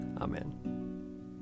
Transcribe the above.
Amen